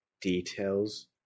details